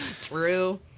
True